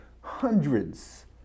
hundreds